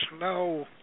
no